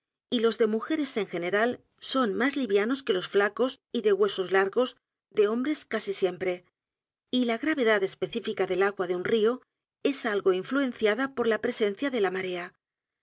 y los de mujeres en general son más livianos que los edgar poe novelas y cuentos flacos y de huesos largos de hombres casi siempre y la gravedad específica del agua de un río es algo influenciada por la presencia de la marea